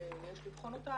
שיש לבחון אותה,